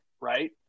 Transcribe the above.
right